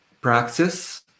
practice